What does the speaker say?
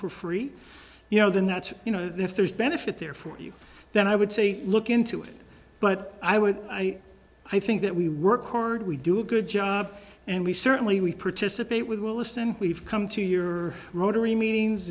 for free you know then that's you know if there's benefit there for you then i would say look into it but i would i i think that we work hard we do a good job and we certainly we participate with well listen we've come to your rotary me